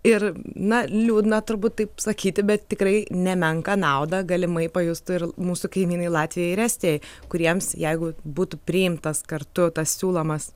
ir na liūdna turbūt taip sakyti bet tikrai nemenką naudą galimai pajustų ir mūsų kaimynai latvijoj ir estijoj kuriems jeigu būtų priimtas kartu tas siūlomas